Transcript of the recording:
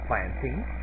Planting